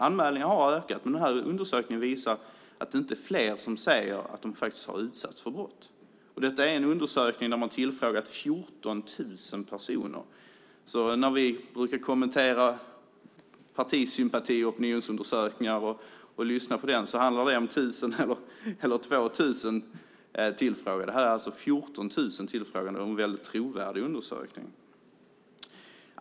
Anmälningarna har ökat, men undersökningen visar att det inte är fler som säger att de faktiskt har utsatts för brott. I denna undersökning har man tillfrågat 14 000 personer. När vi kommenterar partisympati och opinionsundersökningar brukar det handla om 1 000 eller 2 000 tillfrågade. Här är det alltså 14 000 tillfrågade, så det är en mycket trovärdig undersökning.